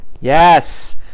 Yes